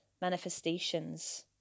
manifestations